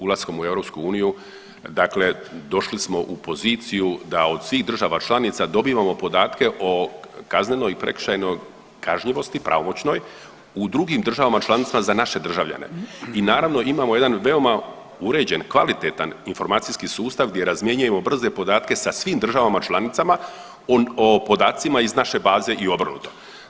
Ulaskom u EU dakle došli smo u poziciju da od svih država članica dobivamo podatke o kaznenoj i prekršajnoj kažnjivosti pravomoćnoj u drugim članicama za naše državljane i naravno imamo jedan veoma uređen kvalitetan informacijski sustav gdje razmjenjujemo brze podatke sa svim državama članicama o podacima iz naše baze i obrnuto.